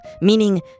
meaning